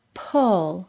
pull